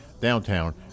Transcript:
downtown